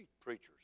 preachers